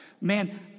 Man